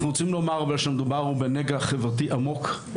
אנחנו רוצים לומר, שמדובר בנגע חברתי עמוק.